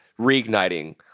reigniting